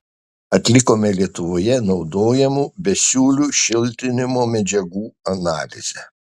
atlikome lietuvoje naudojamų besiūlių šiltinimo medžiagų analizę